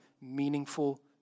meaningful